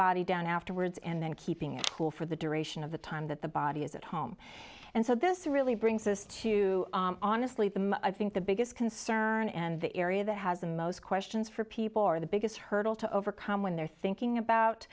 body down afterwards and then keeping it cool for the duration of the time that the body is at home and so this really brings us to honestly the most i think the biggest concern and the area that has the most questions for people are the biggest hurdle to overcome when they're thinking about